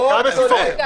מסיבות.